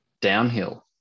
downhill